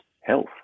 health